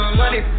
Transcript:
money